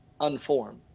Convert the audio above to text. unform